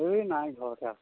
এই নাই ঘৰতে আছোঁ